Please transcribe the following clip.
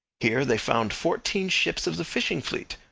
here they found fourteen ships of the fishing fleet,